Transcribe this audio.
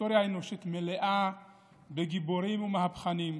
מלאה בגיבורים ובמהפכנים.